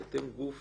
כי אתם גוף